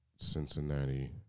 Cincinnati